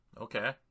Okay